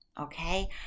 okay